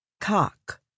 Cock